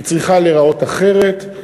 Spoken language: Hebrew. היא צריכה להיראות אחרת,